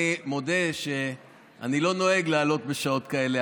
אני מודה שאני לא נוהג לעלות בשעות כאלה,